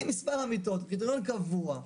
אם מספר המיטות, קריטריון קבוע,